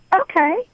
Okay